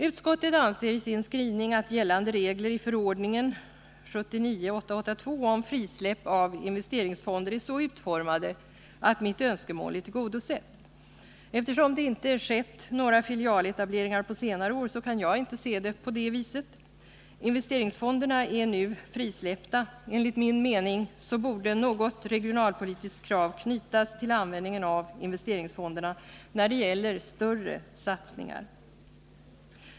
Utskottet anser i sin skrivning att gällande regler i förordningen — 1979:882 - om frisläpp av investeringsfonder är så utformade att mitt önskemål är tillgodosett. Eftersom det inte skett några filialetableringar på senare år kar jag emellertid inte se saken på det viset. Investeringsfonderna är nu frisläppta, och enligt min mening borde något regionalpolitiskt krav knytas till användningen av dessa fonder när det gäller större satsningar.